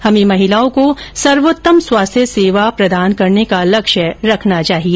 हमे महिलाओं को सर्वोत्तम स्वास्थ सेवा प्रदान करने का लक्ष्य रखना चाहिए